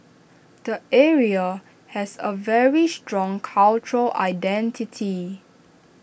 the area has A very strong cultural identity